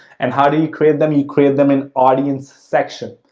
and how do you create them, you create them in audience section.